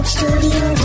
Studio